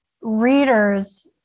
readers